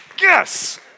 Yes